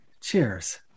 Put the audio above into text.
cheers